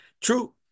True